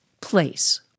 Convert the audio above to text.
place